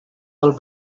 pel